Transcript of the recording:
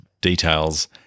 details